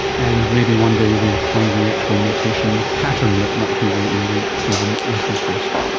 and maybe one day you'll be able to find the actual mutation pattern that might give you even even increased risk.